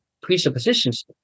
presuppositions